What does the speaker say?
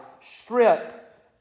strip